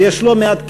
ויש לא מעט קהילות,